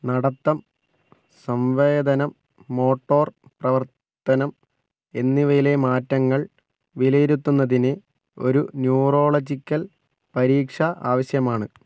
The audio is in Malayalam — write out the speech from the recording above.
നടത്തം സംവേദനം മോട്ടോർ പ്രവർത്തനം എന്നിവയിലെ മാറ്റങ്ങൾ വിലയിരുത്തുന്നതിന് ഒരു ന്യൂറോളജിക്കൽ പരീക്ഷ ആവശ്യമാണ്